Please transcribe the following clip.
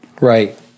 Right